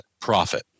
profit